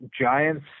Giants